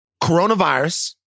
coronavirus